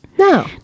No